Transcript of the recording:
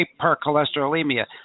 hypercholesterolemia